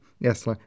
Yes